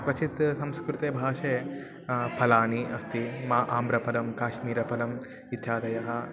क्वचित् संस्कृतभाषा फलानि अस्ति मा आम्रफलं काश्मीरफलम् इत्यादयः